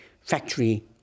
factory